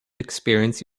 experience